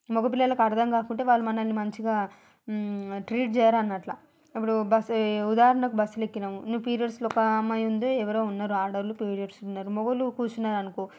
మగపిల్లలకు అర్థంకాకుంటే వాళ్ళు మనల్ని మంచిగా ట్రీట్ చేయరు అన్నట్ల ఇప్పుడూ బస్సే ఉదాహరణకు బస్లు ఎక్కినాము నువ్వు పీరియడ్స్లో ఒక అమ్మాయి ఉంది ఎవరో ఉన్నారు ఆడవాళ్ళు పీరియడ్స్ ఉన్నారు మగవాళ్ళు కూర్చున్నారు అనుకో